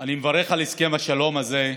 אני מברך על הסכם השלום הזה,